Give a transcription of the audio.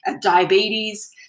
diabetes